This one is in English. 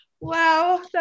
wow